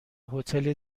هتل